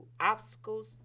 obstacles